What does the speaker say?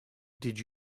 did